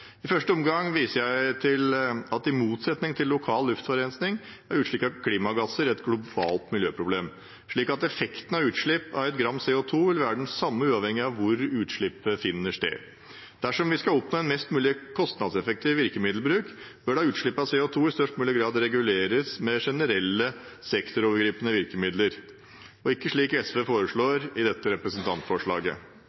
I første omgang viser jeg til at i motsetning til lokal luftforurensning er utslipp av klimagasser et globalt miljøproblem, slik at effekten av utslipp av ett gram CO2 vil være den samme, uavhengig av hvor utslippet finner sted. Dersom vi skal oppnå en mest mulig kostnadseffektiv virkemiddelbruk, bør utslipp av CO2 i størst mulig grad reguleres med generelle, sektorovergripende virkemidler, og ikke slik SV